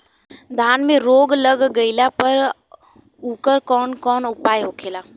धान में रोग लग गईला पर उकर कवन कवन उपाय होखेला?